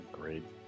Great